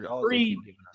free